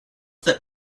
that